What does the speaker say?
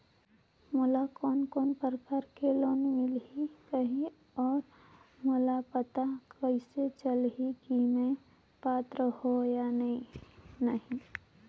मोला कोन कोन प्रकार के लोन मिल सकही और मोला पता कइसे चलही की मैं पात्र हों या नहीं?